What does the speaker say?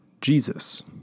Jesus